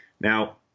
Now